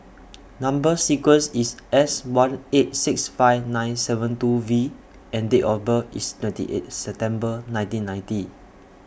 Number sequence IS S one eight six five nine seven two V and Date of birth IS twenty eighth September nineteen ninety